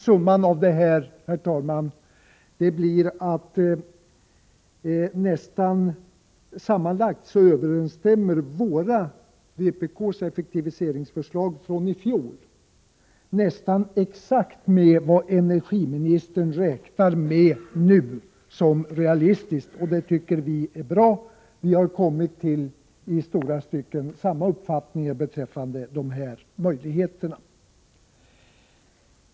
Summan av detta, herr talman, blir att vpk:s effektiviseringsförslag från i fjol sammanlagt överensstämmer nästan exakt med vad energiministern nu räknar med som realistiskt, och det tycker vi är bra. Vi har i stora stycken kommit till samma uppfattning beträffande möjligheterna.